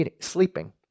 sleeping